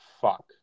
fuck